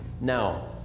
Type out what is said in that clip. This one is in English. Now